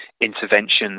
interventions